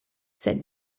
sed